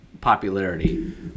popularity